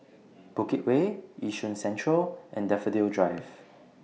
Bukit Way Yishun Central and Daffodil Drive